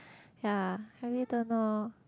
ya I really don't know